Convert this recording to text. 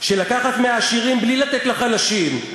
של לקחת מהעשירים בלי לתת לחלשים,